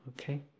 Okay